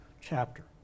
chapter